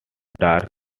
dark